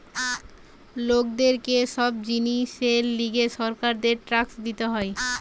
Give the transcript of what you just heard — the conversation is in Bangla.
লোকদের কে সব জিনিসের লিগে সরকারকে ট্যাক্স দিতে হয়